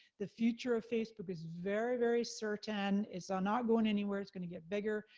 the future of facebook is very, very certain. it's ah not going anywhere, it's gonna get bigger,